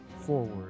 forward